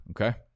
Okay